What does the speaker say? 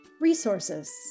Resources